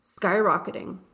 skyrocketing